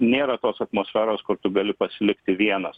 nėra tos atmosferos kur tu gali pasilikti vienas